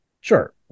Sure